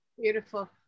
beautiful